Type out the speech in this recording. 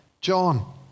John